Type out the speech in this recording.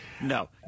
No